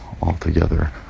Altogether